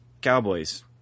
cowboys